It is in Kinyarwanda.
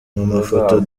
mafoto